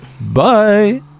Bye